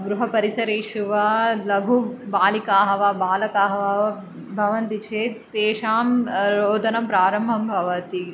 गृहपरिसरेषु वा लघुबालिकाः वा बालकाः वा भवन्ति चेत् तेषां रोदनं प्रारम्भं भवति